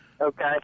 Okay